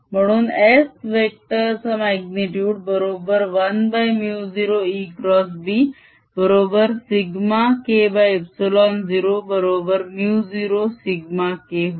म्हणून S vector चा magnitude बरोबर 1 μ0ExB बरोबर σKε0 बरोबर μ0σK होय